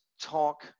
talk